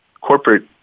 corporate